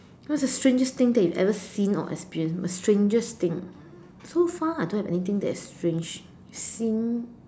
what's the strangest thing that you've ever seen or experienced the strangest thing so far I don't have anything that is strange seen